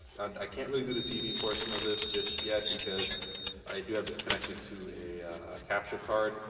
and i can't really do the tv portion of this just yet, because i do have this connected to a capture card.